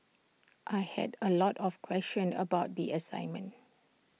I had A lot of questions about the assignment